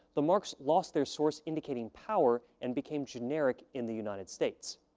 the marks lost their source indicating power and became generic in the united states.